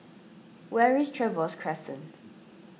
where is Trevose Crescent